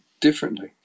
differently